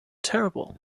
terrible